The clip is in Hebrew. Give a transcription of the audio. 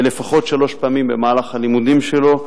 לפחות שלוש פעמים במהלך הלימודים שלו,